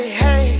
hey